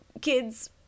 kids